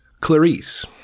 Clarice